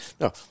No